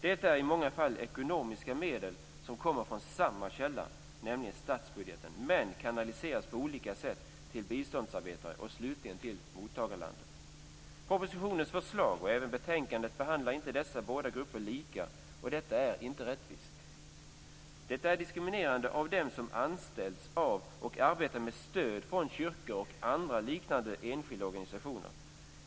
Det handlar i många fall om ekonomiska medel från samma källa, nämligen statsbudgeten men som kanaliseras på olika sätt till biståndasarbetare och slutligen till mottagarlandet. Propositionens förslag och även betänkandet behandlar inte dessa båda grupper lika, och detta är inte rättvist. Det är diskriminerande av dem som anställts av och arbetar med stöd från kyrkor och andra liknande enskilda organisationer.